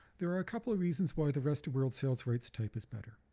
there are a couple of reasons why the rest of world sales rights type is better.